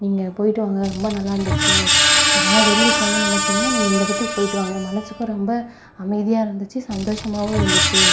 நீங்கள் போயிட்டு வாங்க ரொம்ப நல்லா இருந்துச்சு எங்கேனா வெளியே போகணும் நெனச்சிங்கனா நீங்கள் இந்த இடத்துக்கு போயிட்டு வாங்க மனதுக்கும் ரொம்ப அமைதியாக இருந்துச்சு சந்தோஷமாகவும் இருந்துச்சு